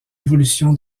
évolution